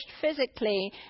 physically